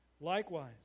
Likewise